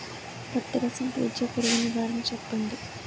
పత్తి రసం పీల్చే పురుగు నివారణ చెప్పండి?